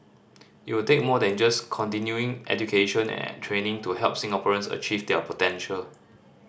it will take more than just continuing education and training to help Singaporeans achieve their potential